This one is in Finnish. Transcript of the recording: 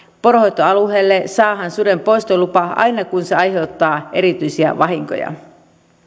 poronhoitoalueelle saadaan suden poistolupa aina kun se aiheuttaa erityisiä vahinkoja